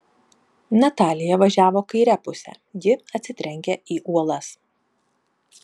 natalija važiavo kaire puse ji atsitrenkia į uolas